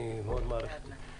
אני מאוד מעריך את זה.